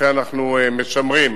אכן אנחנו משמרים